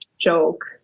joke